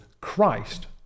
Christ